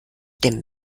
dem